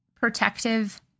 protective